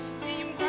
same